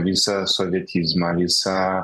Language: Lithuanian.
visą sovietizmą visą